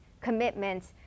commitments